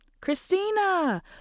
Christina